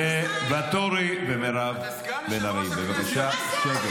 ואטורי ומירב בן ארי, בבקשה שקט.